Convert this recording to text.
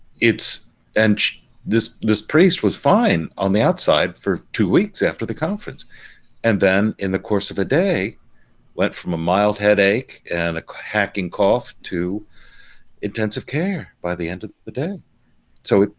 it's and this this priest was fine on the outside for two weeks after the conference and then in the course of a day went from a mild headache and a hacking cough to intensive care by the end of the day so